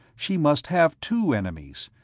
she must have two enemies,